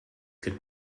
could